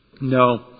No